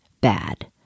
bad